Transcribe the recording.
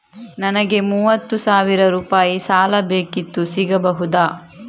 ನನಗೆ ಮೂವತ್ತು ಸಾವಿರ ರೂಪಾಯಿ ಸಾಲ ಬೇಕಿತ್ತು ಸಿಗಬಹುದಾ?